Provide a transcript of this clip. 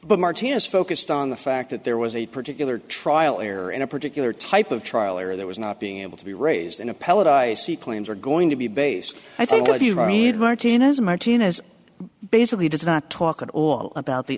but martinez focused on the fact that there was a particular trial or in a particular type of trial or there was not being able to be raised in appellate i c claims are going to be based i think what he read martinez martinez basically does not talk at all about the